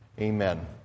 Amen